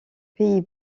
pays